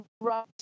right